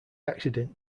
accident